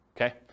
Okay